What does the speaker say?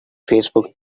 facebook